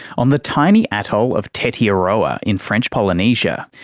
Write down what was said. on the tiny atoll of tetiaroa in french polynesia,